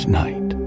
night